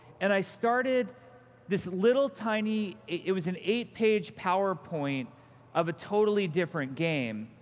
and i started this little, tiny. it was an eight-page powerpoint of a totally different game,